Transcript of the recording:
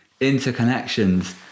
interconnections